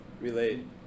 relate